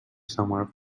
somewhere